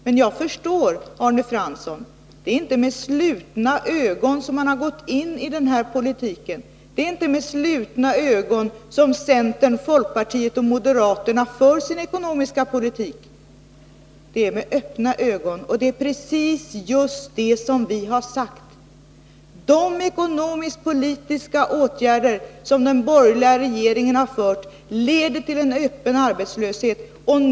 Men jag förstår Arne Fransson. Det är inte med slutna ögon man har gått in i den här politiken, det är inte med slutna ögon centern, folkpartiet och moderaterna för sin ekonomiska politik. Det är med öppna ögon — och det är precis vad vi har sagt. De ekonomisk-politiska åtgärder som den borgerliga regeringen har vidtagit leder till arbetslöshet.